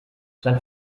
sein